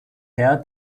heer